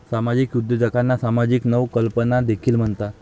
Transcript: सामाजिक उद्योजकांना सामाजिक नवकल्पना देखील म्हणतात